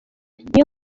niyo